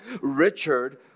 Richard